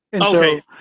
Okay